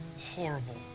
horrible